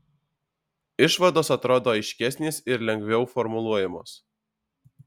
išvados atrodo aiškesnės ir lengviau formuluojamos